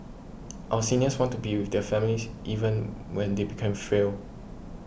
our seniors want to be with their families even when they become frail